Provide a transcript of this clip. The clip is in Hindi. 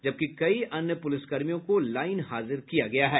जबकि कई अन्य पुलिसकर्मियों को लाईन हाजिर किया गया है